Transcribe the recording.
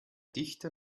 dichter